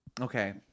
Okay